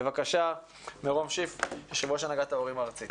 בבקשה, מירום שיף, יושב-ראש הנהגת ההורים הארצית.